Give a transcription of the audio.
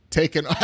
taken